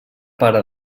pare